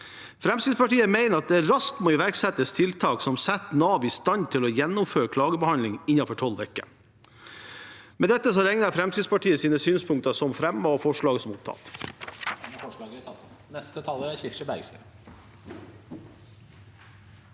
Fremskrittspartiet mener at det raskt må iverksettes tiltak som setter Nav i stand til å gjennomføre klagebehandling innenfor 12 uker. Med dette regner jeg Fremskrittspartiets synspunkter som fremmet, og forslaget som tatt